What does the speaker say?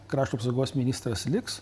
krašto apsaugos ministras liks